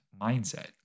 mindset